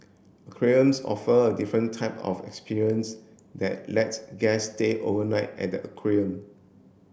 aquariums offer a different type of experience that lets guests stay overnight at the aquarium